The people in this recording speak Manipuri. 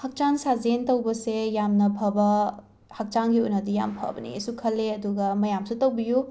ꯍꯛꯆꯥꯡ ꯁꯥꯖꯦꯟ ꯇꯧꯕꯁꯦ ꯌꯥꯝꯅ ꯐꯕ ꯍꯛꯆꯥꯡꯒꯤ ꯑꯣꯏꯅꯗꯤ ꯌꯥꯝ ꯐꯕꯅꯦꯁꯨ ꯈꯜꯂꯦ ꯑꯗꯨꯒ ꯃꯌꯥꯝꯁꯨ ꯇꯧꯕꯤꯌꯨ